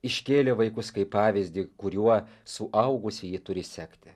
iškėlė vaikus kaip pavyzdį kuriuo suaugusieji turi sekti